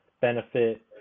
benefit